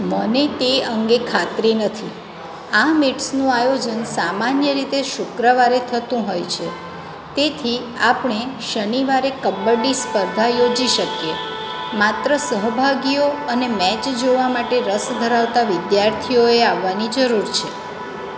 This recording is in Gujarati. મને તે અંગે ખાતરી નથી આ મીટ્સનું આયોજન સામાન્ય રીતે શુક્રવારે થતું હોય છે તેથી આપણે શનિવારે કબડ્ડી સ્પર્ધા યોજી શકીએ માત્ર સહભાગીઓ અને મેચ જોવા માટે રસ ધરાવતા વિદ્યાર્થીઓએ આવવાની જરૂર છે